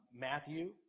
Matthew